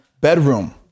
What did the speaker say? Bedroom